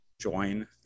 join